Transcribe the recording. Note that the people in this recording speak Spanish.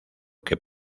que